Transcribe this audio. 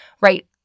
right